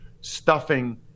stuffing